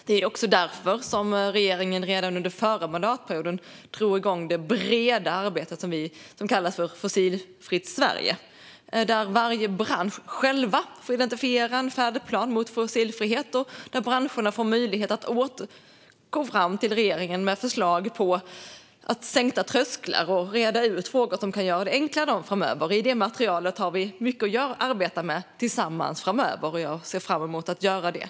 Det är också därför som regeringen redan under den förra mandatperioden drog igång det breda arbete som kallas för Fossilfritt Sverige, där varje bransch själv får identifiera en färdplan mot fossilfrihet och där branscherna får möjlighet att gå fram till regeringen med förslag på sänkta trösklar och hur man kan reda ut frågor som kan göra det enklare framöver. I det materialet har vi mycket att arbeta med tillsammans framöver, och jag ser fram emot att göra det.